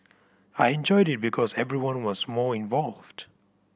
I enjoyed it because everyone was more involved